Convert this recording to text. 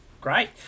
great